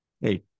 hey –